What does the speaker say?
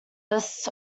list